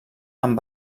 amb